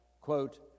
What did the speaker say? quote